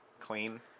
clean